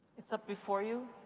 it's up before you.